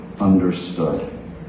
understood